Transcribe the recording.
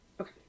okay